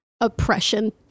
oppression